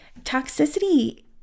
toxicity